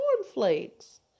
cornflakes